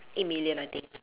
eight million I think